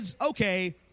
okay